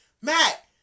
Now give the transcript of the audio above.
Matt